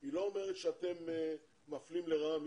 היא לא אומרת שאתם מפלים לרעה מישהו.